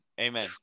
amen